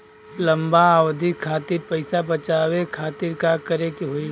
लंबा अवधि खातिर पैसा बचावे खातिर का करे के होयी?